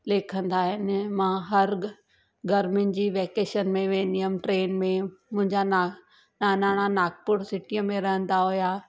लेखंदा आहिनि मां हर्ग गर्मिन जी वैकेशन में वेंदी हुयमि ट्रेन में मुंहिंजा ना नानाणा नागपुर सिटीअ में रहंदा हुया